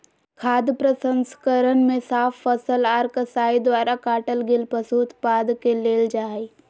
खाद्य प्रसंस्करण मे साफ फसल आर कसाई द्वारा काटल गेल पशु उत्पाद के लेल जा हई